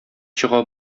чыга